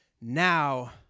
Now